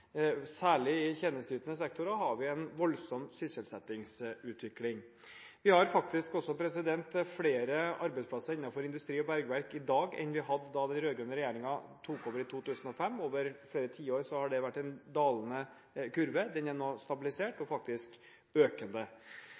Særlig i tjenesteytende sektorer har vi en voldsom sysselsettingsutvikling. Vi har faktisk også flere arbeidsplasser innenfor industri og bergverk i dag enn vi hadde da den rød-grønne regjeringen tok over i 2005. Over flere tiår har det vært en dalende kurve, den er nå stabilisert og faktisk økende.